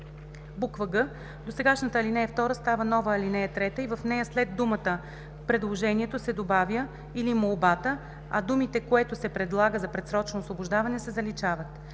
г) досегашната ал. 2 става нова ал. 3 и в нея след думата „предложението“ се добавя „или молбата“, а думите „което се предлага за предсрочно освобождаване“ се заличават“.